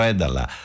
dalla